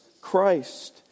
Christ